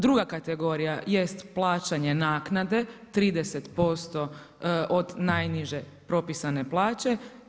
Druga kategorija jest plaćanje naknade 30% od najniže propisane plaće.